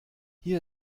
hier